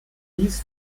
dies